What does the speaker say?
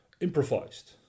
improvised